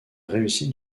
réussite